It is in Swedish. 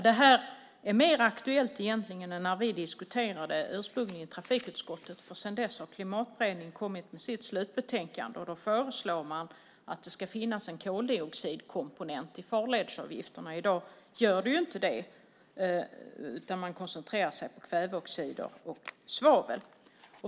Det är egentligen mer aktuellt nu än när vi diskuterade det ursprungligen i trafikutskottet. Sedan dess har Klimatberedningen kommit med sitt slutbetänkande. Där föreslår man att det ska finnas en koldioxidkomponent i farledsavgifterna. I dag gör det inte det, utan man koncentrerar sig på kväveoxider och svavel.